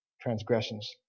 transgressions